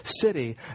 city